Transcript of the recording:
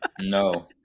No